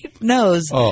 knows